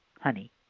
honey